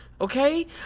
Okay